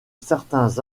certains